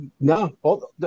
No